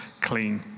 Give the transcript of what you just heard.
clean